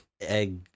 Egg